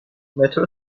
مترو